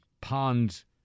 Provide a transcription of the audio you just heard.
pond's